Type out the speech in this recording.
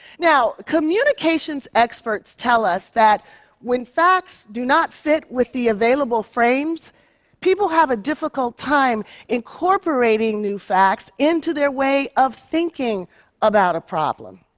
now communications experts tell us that when facts do not sit with the available frames people have a difficult time incorporating new facts into their way of thinking about a problem.